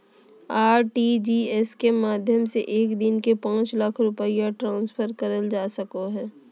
RTGS के माध्यम से एक दिन में पांच लाख रुपया ट्रांसफर करल जा सको हय